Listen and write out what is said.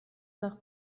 nach